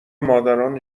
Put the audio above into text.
مادران